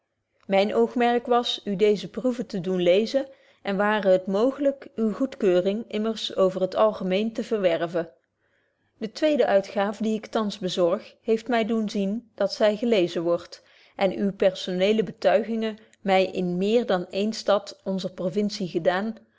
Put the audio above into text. myn oogmerk was u deeze proeve te doen leezen en ware het mooglyk uwe goedkeuring immers over het algemeen te verwerven de tweede uitgaaf die ik thans bezorg heeft my doen zien dat zy gelezen wordt en uwe personeele betuigingen my in meer dan eene stad onzer provintie gedaan